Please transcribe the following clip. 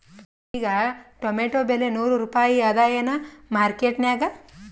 ಈಗಾ ಟೊಮೇಟೊ ಬೆಲೆ ನೂರು ರೂಪಾಯಿ ಅದಾಯೇನ ಮಾರಕೆಟನ್ಯಾಗ?